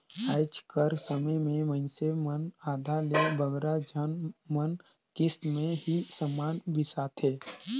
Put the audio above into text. आएज कर समे में मइनसे मन आधा ले बगरा झन मन किस्त में ही समान बेसाथें